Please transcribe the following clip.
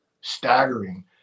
Staggering